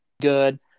good